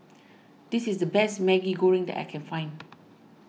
this is the best Maggi Goreng that I can find